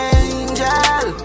angel